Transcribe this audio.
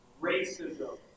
Racism